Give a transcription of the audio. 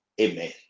Amen